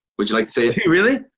would you like to see it? really?